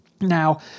Now